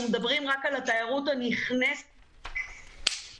אנחנו מדברים כרגע רק על תיירות נכנסת שנעלמה.